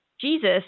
Jesus